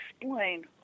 explain